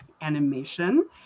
animation